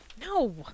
no